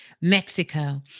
Mexico